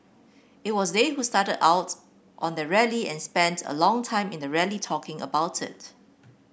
it was they who started out on their rally and spent a long time in the rally talking about it